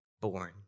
born